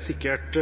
sikkert